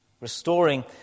Restoring